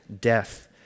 death